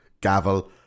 Gavel